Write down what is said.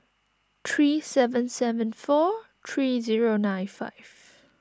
three seven seven four three zero nine five